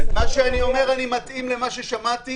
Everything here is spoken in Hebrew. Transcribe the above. מה שאני אומר, אני מתאים למה ששמעתי